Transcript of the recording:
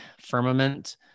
firmament